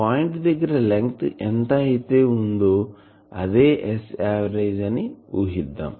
point దగ్గర length ఎంత అయితే ఉందో అదే Sఆవరేజ్ అని ఊహిద్దాం